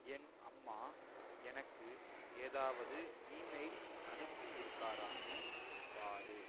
என் அம்மா எனக்கு ஏதாவது இமெயில் அனுப்பி இருக்காரான்னு பார்